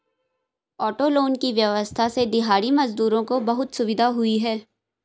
auto loan की व्यवस्था से दिहाड़ी मजदूरों को बहुत सुविधा हुई है